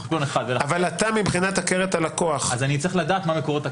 אני צריך לדעת מה מקורות הכסף.